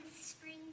spring